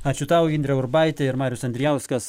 ačiū tau indrė urbaitė ir marius andrijauskas